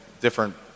different